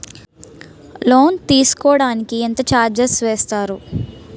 Loan తీసుకోడానికి ఎంత charges వేస్తారు?